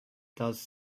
does